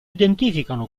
identificano